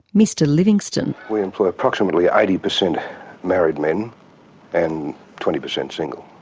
mr livingston. we employ approximately eighty per cent married men and twenty per cent single.